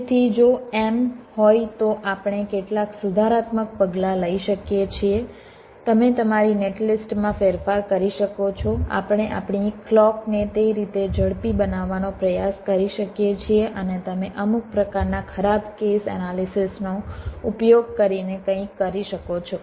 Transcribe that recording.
તેથી જો એમ હોય તો આપણે કેટલાક સુધારાત્મક પગલાં લઈ શકીએ છીએ તમે તમારી નેટલિસ્ટમાં ફેરફાર કરી શકો છો આપણે આપણી ક્લૉકને તે રીતે ઝડપી બનાવવાનો પ્રયાસ કરી શકીએ છીએ અને તમે અમુક પ્રકારના ખરાબ કેસ એનાલિસિસનો ઉપયોગ કરીને કંઈક કરી શકો છો